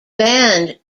band